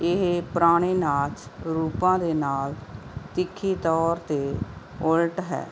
ਇਹ ਪੁਰਾਣੇ ਨਾਚ ਰੂਪਾਂ ਦੇ ਨਾਲ ਤਿੱਖੇ ਤੌਰ 'ਤੇ ਉਲਟ ਹੈ